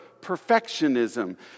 perfectionism